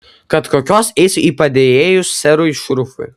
kad kokios eisiu į padėjėjus serui šurfui